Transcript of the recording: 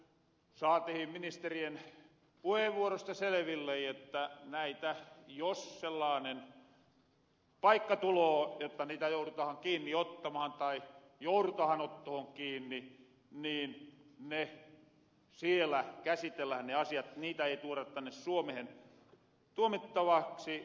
ja niin ku saatihin ministerien puheenvuoroista seleville että näitä jos sellaanen paikka tuloo jotta niitä jourutahan kiinni ottamahan tai jourutahan ottohon kiinni niin ne siellä käsitellähän ne asiat niitä ei tuora tänne suomehen tuomittavaksi